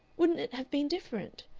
wouldn't it have been different?